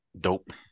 Dope